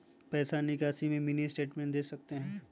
पैसा निकासी में मिनी स्टेटमेंट दे सकते हैं?